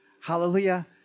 Hallelujah